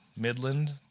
Midland